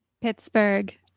Pittsburgh